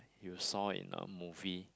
you saw in a movie